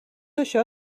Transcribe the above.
això